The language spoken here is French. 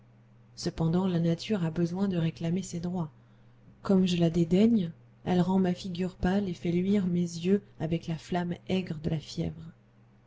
cependant la nature a besoin de réclamer ses droits comme je la dédaigne elle rend ma figure pâle et fait luire mes yeux avec la flamme aigre de la fièvre